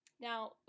Now